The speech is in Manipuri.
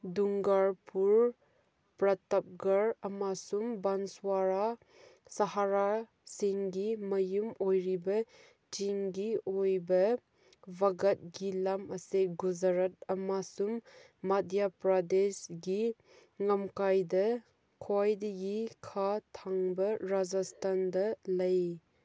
ꯗꯨꯡꯒꯥꯔꯄꯨꯔ ꯄ꯭ꯔꯇꯞꯒꯔ ꯑꯃꯁꯨꯡ ꯕꯟꯁ꯭ꯋꯥꯔꯥ ꯁꯍꯥꯔꯥꯁꯤꯡꯒꯤ ꯃꯌꯨꯝ ꯑꯣꯏꯔꯤꯕ ꯆꯤꯡꯒꯤ ꯑꯣꯏꯕ ꯚꯒꯠꯒꯤ ꯂꯝ ꯑꯁꯦ ꯒꯨꯖꯔꯥꯠ ꯑꯃꯁꯨꯡ ꯃꯙ꯭ꯌ ꯄ꯭ꯔꯗꯦꯁꯒꯤ ꯉꯝꯈꯩꯗ ꯈ꯭ꯋꯥꯏꯗꯒꯤ ꯈꯥ ꯊꯪꯕ ꯔꯥꯖꯁꯊꯥꯟꯗ ꯂꯩ